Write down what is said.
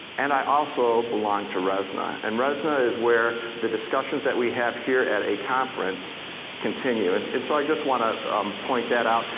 and i also belong to resna. and resna is where the discussions that we have here at a conference continue. and and so i just want to point that out.